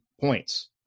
points